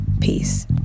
Peace